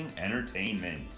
entertainment